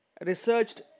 researched